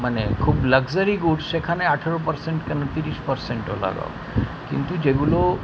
মানে খুব luxury goods সেখানে আঠেরো পার্সেন্ট কেনো তিরিশ পার্সেন্টও লাগাও কিন্তু যেগুলো